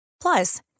Plus